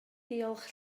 diolch